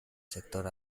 sector